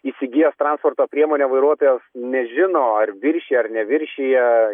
įsigijęs transporto priemonę vairuotojas nežino ar viršija ar neviršija